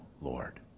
Lord